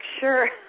sure